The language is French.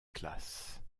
classe